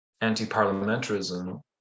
anti-parliamentarism